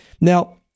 Now